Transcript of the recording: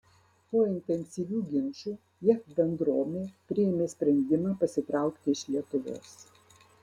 po intensyvių ginčų jav bendrovė priėmė sprendimą pasitraukti iš lietuvos